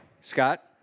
Scott